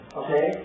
okay